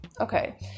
Okay